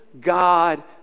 God